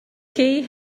kay